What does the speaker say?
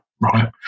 right